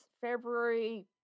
february